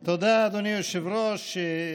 תודה, אדוני היושב-ראש.